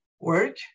work